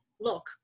look